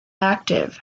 active